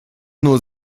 nur